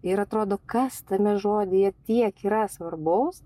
ir atrodo kas tame žodyje tiek yra svarbaus